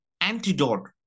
antidote